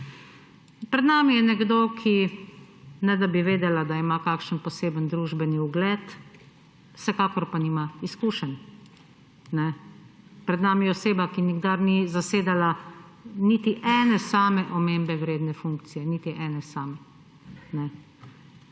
Pred nami je nekdo, ne da bi vedela, da ima kakšen poseben družbeni ugled, vsekakor pa nima izkušenj. Pred nami je oseba, ki nikdar ni zasedala niti ene same omembe vredne funkcije, niti ene same.